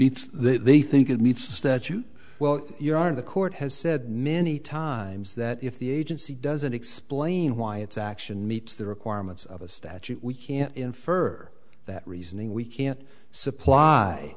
the they think it meets the statute well your honor the court has said many times that if the agency doesn't explain why its action meets the requirements of a statute we can't infer that reasoning we can't supply